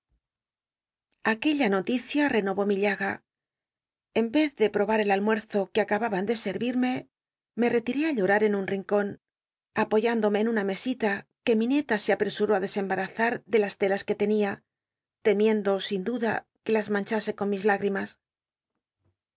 aquella noticia tcnovó mi llaga en vez de probar el almuerzo que acababan de sct itme me rctiré á llol'ar en un rincon apoy ndome en una mesi ta que iincta se ap resuró i desembarazar de las telas que tenia temiendo sin duda r nc las manchase con mis lügl'imas